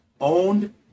owned